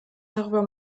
darüber